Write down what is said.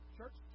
Church